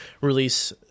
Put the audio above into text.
release